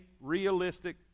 realistic